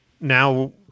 now